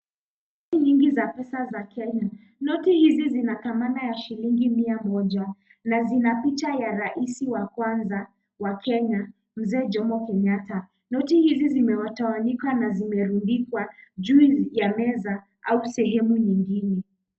Noti nyingi za pesa za Kenya. Noti hizi zina dhamana ya shilingi mia moja na zina picha ya rais wa kwanza wa Kenya Mzee Jomo Kenyatta. Noti hizi zimetawanyika na zimerundikwa juu ya meza au sehemu nyingine.